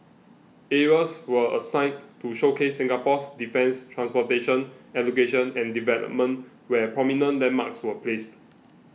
areas were assigned to showcase Singapore's defence transportation education and development where prominent landmarks were placed